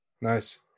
Nice